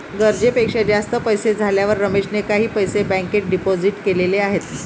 गरजेपेक्षा जास्त पैसे झाल्यावर रमेशने काही पैसे बँकेत डिपोजित केलेले आहेत